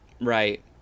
Right